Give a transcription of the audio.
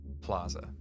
plaza